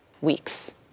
weeks